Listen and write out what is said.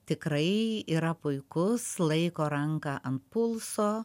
tikrai yra puikus laiko ranką ant pulso